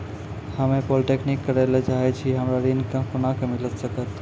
हम्मे पॉलीटेक्निक करे ला चाहे छी हमरा ऋण कोना के मिल सकत?